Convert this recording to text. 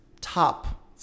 Top